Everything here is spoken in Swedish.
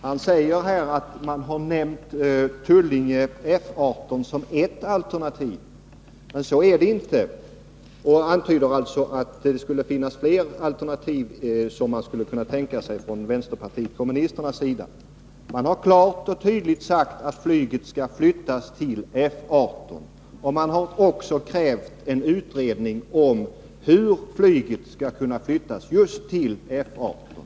Han säger att man har nämnt Tullinge, F 18, som ett alternativ och antyder att vänsterpartiet kommunisterna skulle kunna tänka sig fler alternativ. Men så är det inte. Man har klart och tydligt sagt att flyget skall flyttas till F 18. Man har också krävt en utredning om hur flyget skall kunna flyttas just till F 18.